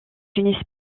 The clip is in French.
une